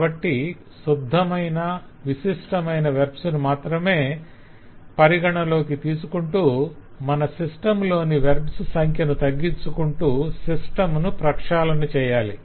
కాబట్టి శుద్ధమైన విశిష్టమైన వెర్బ్స్ ను మాత్రమే పరిగణలోకి తీసుకొంటూ మన సిస్టం లోని వెర్బ్స్ సంఖ్యను తగ్గించుకుంటూ సిస్టం ను ప్రక్షాళన చేయాలి